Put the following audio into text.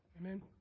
Amen